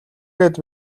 гээд